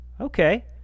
okay